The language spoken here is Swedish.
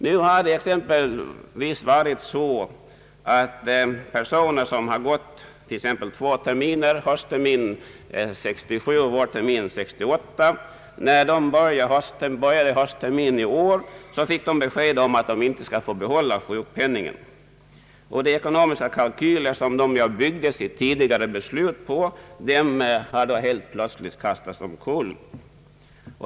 Nu har exempelvis personer som har gått två terminer — höstterminen 1967 och vårterminen 1968 — vid början av årets hösttermin fått besked om att de inte får behålla sjukpenningen. De ekonomiska kalkyler som de byggde sitt tidigare beslut på har därmed helt plötsligt kastats omkull.